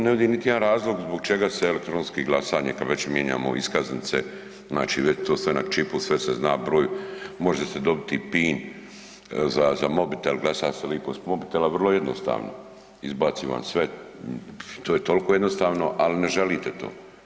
Ne vidim niti jedan razlog zbog čega se elektronski glasanje kad već mijenjamo iskaznice, znači već je to sve na čipu, sve se zna, broj, može se dobiti i PIN za, za mobitel, glasa se lipo s mobitela, vrlo jednostavno, izbaci vam sve, to je toliko jednostavno, al ne želite to.